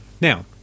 now